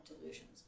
delusions